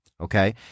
okay